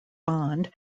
bond